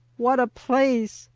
what a place!